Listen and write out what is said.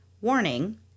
warning